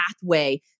pathway